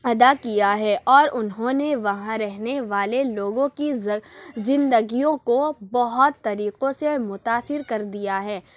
ادا کیا ہے اور اُنہوں نے وہاں رہنے والے لوگوں کی زندگیوں کو بہت طریقوں سے متأثر کر دیا ہے